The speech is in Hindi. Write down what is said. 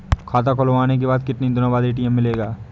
खाता खुलवाने के कितनी दिनो बाद ए.टी.एम मिलेगा?